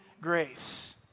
grace